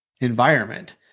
environment